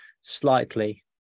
slightly